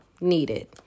needed